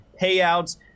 payouts